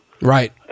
Right